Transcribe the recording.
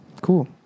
Cool